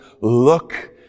look